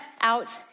out